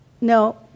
no